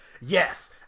Yes